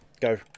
go